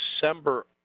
December